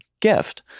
gift